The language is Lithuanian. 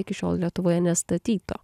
iki šiol lietuvoje nestatyto